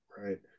right